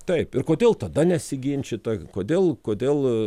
taip ir kodėl tada nesiginčyta kodėl kodėl